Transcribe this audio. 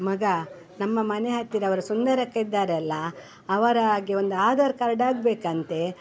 ಮಗ ನಮ್ಮ ಮನೆ ಹತ್ತಿರ ಅವರು ಸುಂದರಕ್ಕ ಇದ್ದಾರಲ್ಲ ಅವರ ಹಾಗೆ ಒಂದು ಆಧಾರ್ ಕಾರ್ಡ್ ಆಗಬೇಕಂತೆ